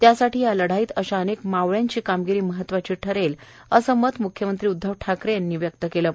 त्यासाठी या लढाईत अशा अनेक मावळ्यांची कामगिरी महत्वाची ठरेल असं मत मुख्यमंत्री उध्दव ठाकरे यांनी व्यक्त केले आहे